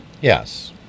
Yes